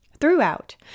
Throughout